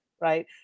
right